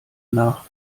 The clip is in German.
nach